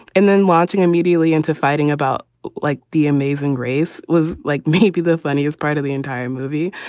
and then watching immediately into fighting about like the amazing grace was like maybe the funniest part of the entire movie.